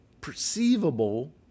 perceivable